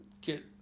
get